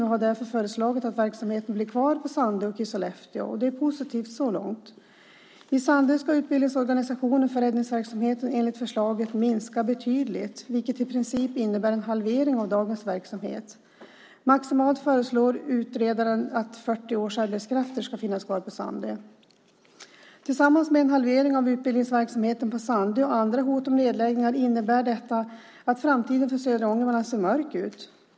Man har därför föreslagit att verksamheten blir kvar på Sandö och i Sollefteå. Det är positivt så långt. I Sandö ska utbildningsorganisationen för räddningsverksamheten enligt förslaget minska betydligt, vilket i princip innebär en halvering av dagens verksamhet. Maximalt föreslår utredaren att 40 årsarbetskrafter ska finnas kvar på Sandö. Tillsammans med en halvering av utbildningsverksamheten på Sandö och andra hot om nedläggningar innebär detta att framtiden för södra Ångermanland ser mörk ut.